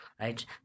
right